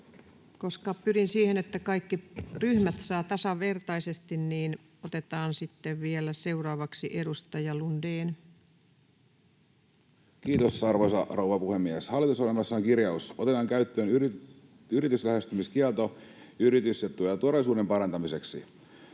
Koska pyrin siihen, että kaikki ryhmät saavat tasavertaisesti, niin otetaan sitten vielä seuraavaksi edustaja Lundén. Kiitos, arvoisa rouva puhemies! Hallitusohjelmassa on kirjaus: ”Otetaan käyttöön yrityslähestymiskielto yritys- ja työturvallisuuden parantamiseksi.”